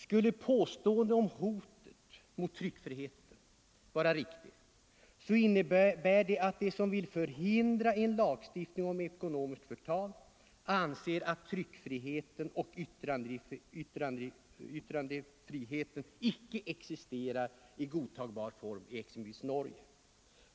Skulle påståendet om hotet mot tryckfriheten vara riktigt innebär detta att de som vill förhindra lagstiftning om ekonomiskt förtal anser att tryckfriheten och yttrandefriheten icke existerar i godtagbar form i exempelvis Norge.